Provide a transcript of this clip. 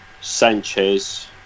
Sanchez